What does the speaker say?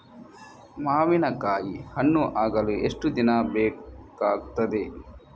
ಮಾವಿನಕಾಯಿ ಹಣ್ಣು ಆಗಲು ಎಷ್ಟು ದಿನ ಬೇಕಗ್ತಾದೆ?